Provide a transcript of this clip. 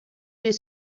this